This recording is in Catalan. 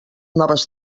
noves